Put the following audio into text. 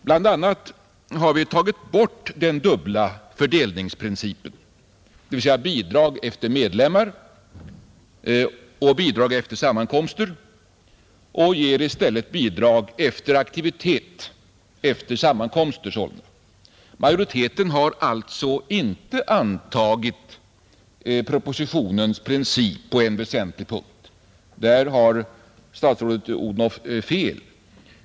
Bl.a, har vi tagit bort den dubbla fördelningsprincipen, dvs. bidrag efter medlemstal och bidrag efter sammankomster, och ger i stället bidrag efter aktivitet, efter sammankomster således. Majoriteten har alltså inte antagit propositionens princip på en väsentlig punkt. Där har statsrådet Odhnoff följaktligen fel.